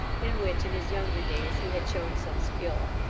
in which, in his younger days, he had shown some skill.